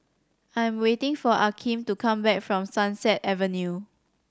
I'm waiting for Akeem to come back from Sunset Avenue